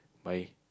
by